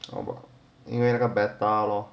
好吧因为那个 beta lor